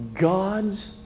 God's